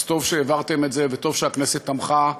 אז טוב שהעברתם את זה וטוב שהכנסת תמכה,